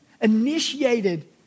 initiated